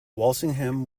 walsingham